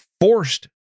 forced